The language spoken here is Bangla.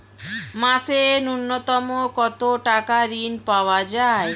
মাসে নূন্যতম কত টাকা ঋণ পাওয়া য়ায়?